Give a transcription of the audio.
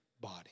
body